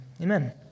Amen